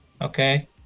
okay